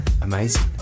amazing